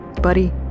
buddy